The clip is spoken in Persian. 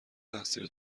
تقصیر